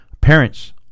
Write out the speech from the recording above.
Parents